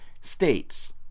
states